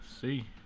See